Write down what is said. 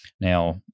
Now